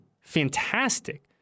fantastic